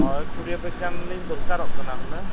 ᱦᱳᱭ ᱠᱩᱲᱤᱭᱟᱹ ᱵᱮᱜᱽ ᱜᱟᱱ ᱞᱤᱧ ᱫᱚᱨᱠᱟᱨᱚᱜ ᱠᱟᱱᱟ ᱦᱩᱱᱟᱹᱝ